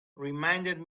reminded